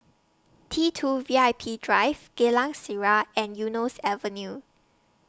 T two V I P Drive Geylang Serai and Eunos Avenue